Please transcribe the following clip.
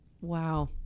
wow